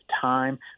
time